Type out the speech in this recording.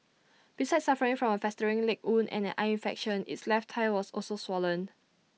besides suffering from A festering leg wound and an eye infection its left thigh was also swollen